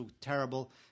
terrible